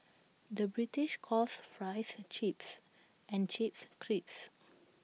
the British calls Fries Chips and Chips Crisps